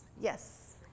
Yes